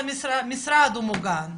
המשרד הוא מוגן,